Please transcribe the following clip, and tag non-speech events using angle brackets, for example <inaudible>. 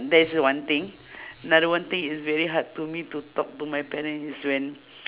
that's one thing <breath> another one thing is very hard for me to talk to my parents is when